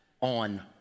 on